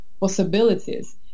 possibilities